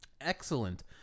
Excellent